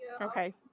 Okay